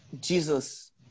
Jesus